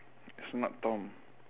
smart tom